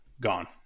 Gone